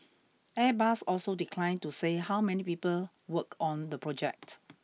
airbus also declined to say how many people work on the project